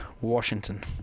Washington